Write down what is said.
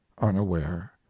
unaware